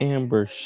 Amber